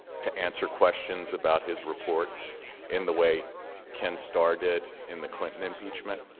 to answer questions about his report in the way can star did in the clinton impeachment?